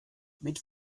mit